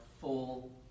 full